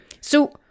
So-